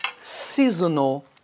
seasonal